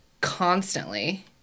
constantly